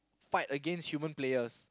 fight against human players